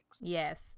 Yes